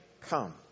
come